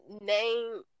name